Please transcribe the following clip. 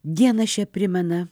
dieną šią primena